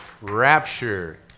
rapture